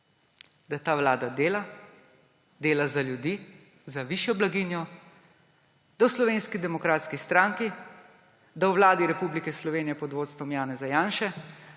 da ta vlada dela, dela za ljudi, za višjo blaginjo, da se v Slovenski demokratski stranki, da se v Vladi Republike Slovenije pod vodstvom Janeza Janše,